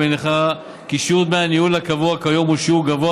המניחה כי שיעור דמי הניהול הקבוע כיום הוא שיעור גבוה,